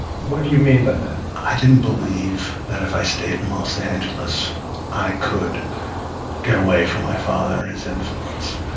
what do you mean by that? i didn't believe that if i stayed in los angeles i could get away from my father and his influence.